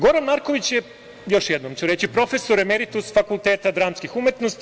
Goran Marković je, još jednom ću reći, profesor emeritus Fakulteta dramskih umetnosti.